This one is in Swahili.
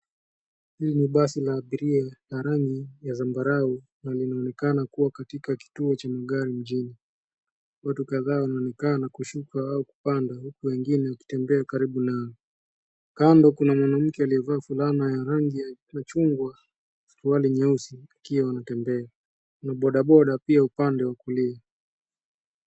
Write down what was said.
Hili ni basi la abiria. Lina rangi ya zambarau na linaonekana kuwa katika kituo cha magari mijini. Watu kadhaa wanaonekana kushuka au kupanda huku wengine wakitembea karibu nalo. Kando ,kuna mwanamke aliyevaa fulana ya rangi ya chungwa na suruali nyeusi wakiwa wanatembea na bodaboda pia upande wa kulia.